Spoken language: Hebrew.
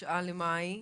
ב-9 במאי